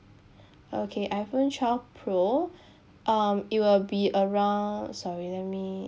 okay iphone twelve pro um it will be around sorry let me